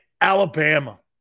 Alabama